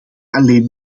alleen